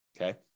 Okay